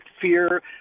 fear